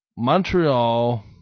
Montreal